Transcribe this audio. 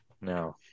No